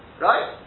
Right